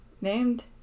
named